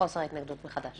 חוסר ההתנגדות מחדש.